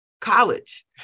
college